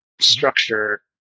structure